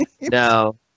No